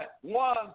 one